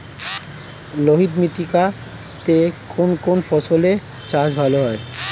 লোহিত মৃত্তিকা তে কোন কোন ফসলের চাষ ভালো হয়?